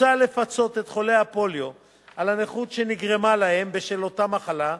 מוצע לפצות את חולי הפוליו על הנכות שנגרמה להם בשל אותה מחלה,